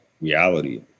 reality